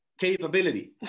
Capability